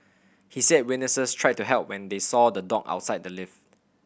he said witnesses tried to help when they saw the dog outside the lift